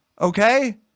Okay